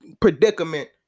predicament